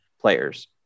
players